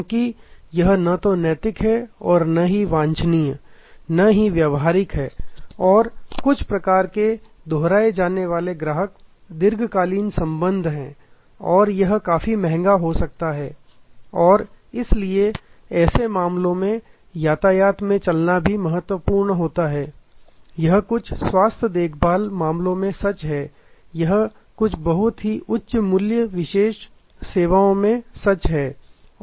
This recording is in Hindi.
क्योंकि यह न तो नैतिक है न ही वांछनीय न हीं व्यावहारिक है और कुछ प्रकार के दोहराए जाने वाले ग्राहक दीर्घकालिक संबंध हैं और यह काफी महंगा हो सकता है और इसलिए ऐसे मामलों में यातायात में चलना भी काफी महत्वपूर्ण होगा यह कुछ स्वास्थ्य देखभाल मामलों में सच है यह कुछ बहुत ही उच्च मूल्य विशेष सेवाओं में सच है